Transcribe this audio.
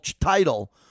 title